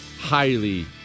highly